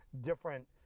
different